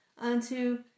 unto